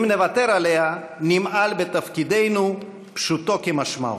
אם נוותר עליה, נמעל בתפקידנו, פשוטו כמשמעו.